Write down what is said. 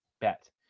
bet